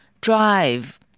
drive